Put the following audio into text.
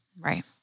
Right